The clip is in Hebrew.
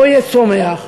לא יהיה צומח,